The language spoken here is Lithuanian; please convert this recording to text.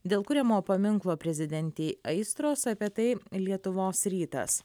dėl kuriamo paminklo prezidentei aistros apie tai lietuvos rytas